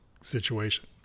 situation